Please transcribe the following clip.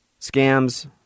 scams